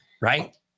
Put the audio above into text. right